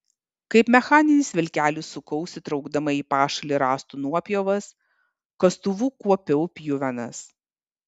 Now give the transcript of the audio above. kaip mechaninis vilkelis sukausi traukdama į pašalį rąstų nuopjovas kastuvu kuopiau pjuvenas